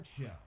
Show